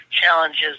challenges